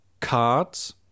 cards